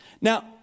Now